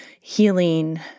healing